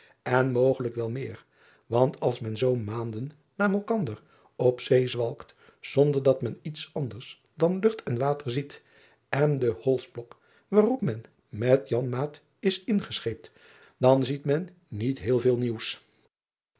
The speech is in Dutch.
en mogelijk wel meer want als men zoo maanden na malkander op zee zwalkt zonder dat men iets anders dan lucht en water ziet en den holsblok waarop men met janmaat is ingescheept dan ziet men niet heel veel nieuws